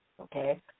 okay